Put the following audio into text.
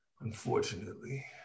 unfortunately